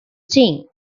ching